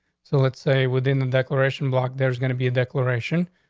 so let's say within the declaration block, there's gonna be a declaration.